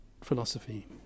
philosophy